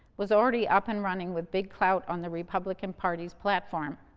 was already up and running, with big clout on the republican party's platform.